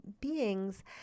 beings